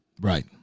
Right